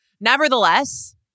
Nevertheless